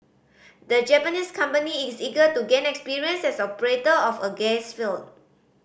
the Japanese company is eager to gain experience as operator of a gas field